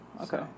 Okay